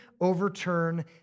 overturn